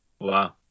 wow